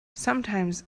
sometimes